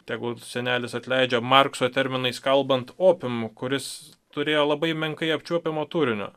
tegul senelis atleidžia markso terminais kalbant opiumu kuris turėjo labai menkai apčiuopiamo turinio